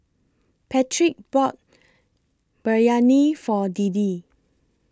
Patric bought Biryani For Deedee